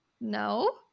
no